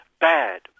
Bad